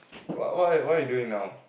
what why what you doing now